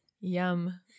yum